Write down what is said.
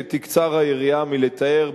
שתקצר היריעה מלתאר,